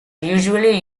usually